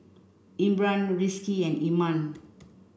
Imran Rizqi and Iman